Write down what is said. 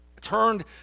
turned